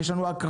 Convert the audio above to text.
יש לנו הקראה,